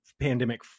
pandemic